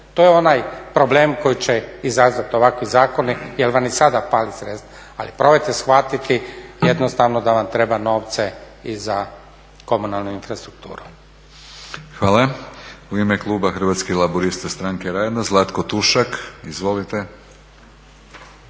To je onaj problem koji će izazvati ovakvi zakoni jer vam i sada fali sredstava. Ali probajte shvatiti jednostavno da vam treba novaca i za komunalnu infrastrukturu. **Batinić, Milorad (HNS)** Hvala. U ime kluba Hrvatskih laburista – Stranke rada, Zlatko Tušak. Izvolite.